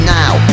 now